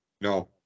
No